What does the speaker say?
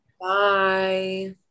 Bye